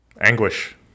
Anguish